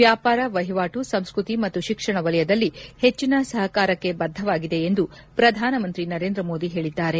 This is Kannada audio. ವ್ಯಾಪಾರ ವಹಿವಾಟು ಸಂಸ್ಕೃತಿ ಮತ್ತು ಶಿಕ್ಷಣ ವಲಯದಲ್ಲಿ ಹೆಚ್ಚಿನ ಸಪಕಾರಕ್ಕೆ ಬದ್ದವಾಗಿದೆ ಎಂದು ಪ್ರಧಾನಮಂತ್ರಿ ನರೇಂದ್ರ ಮೋದಿ ಹೇಳಿದ್ದಾರೆ